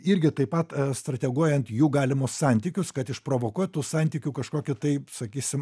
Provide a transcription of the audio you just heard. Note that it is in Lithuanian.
irgi taip pat strateguojant jų galimus santykius kad išprovokuotų santykių kažkokį tai sakysim